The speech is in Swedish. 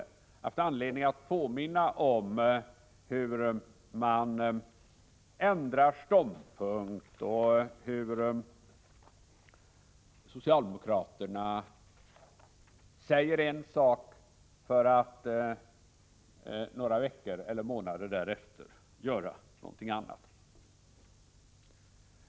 Vi har haft anledning att påminna om hur socialdemokraterna ändrar ståndpunkt och säger en sak för att några veckor eller några månader därefter göra något annat.